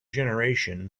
generation